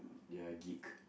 they are geek